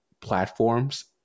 platforms